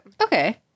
okay